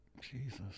Jesus